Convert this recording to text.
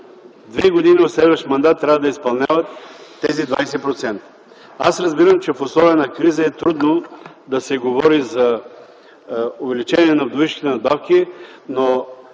Две години от следващ мандат трябва да изпълняват тези 20%. Аз разбирам, че в условия на криза е трудно да се говори за увеличение на вдовишките надбавки, но